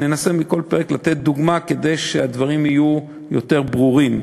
ננסה מכל פרק לתת דוגמה כדי שהדברים יהיו יותר ברורים.